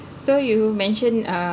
so you mentioned uh